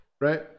right